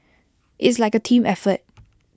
it's like A team effort